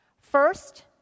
First